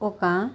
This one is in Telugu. ఒక